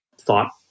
thought